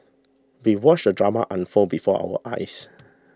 we watched the drama unfold before our eyes